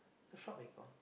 the shop may gone